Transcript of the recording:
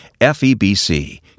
FEBC